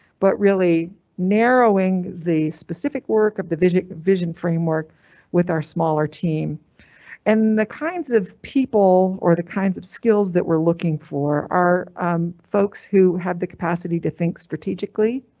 but really narrowing the specific work of the visit vision framework with our smaller team and the kinds of. people or the kinds of skills that we're looking for. our folks who have the capacity to think strategically.